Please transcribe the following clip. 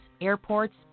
airports